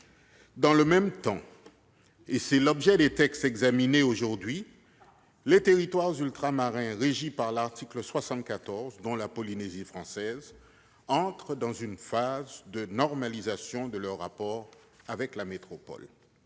Dans le même temps, et c'est l'objet des textes examinés aujourd'hui, les territoires ultramarins régis par l'article 74, dont la Polynésie française, entrent dans une phase de normalisation de leurs rapports avec la métropole.